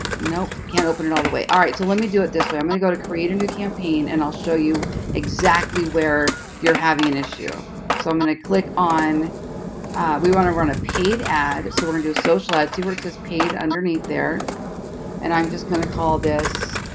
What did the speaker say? nope can't open it all the way alright so let me do it this way i'm gonna go to create a new campaign and i'll show you exactly where you're having an issue so i'm going to click on we want to run a paid ad so we're gonna do a socialized see where it says paid underneath there and i'm just going to call this